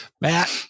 Matt